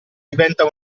diventa